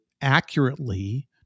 accurately